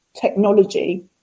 technology